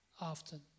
often